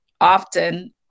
often